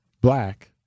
black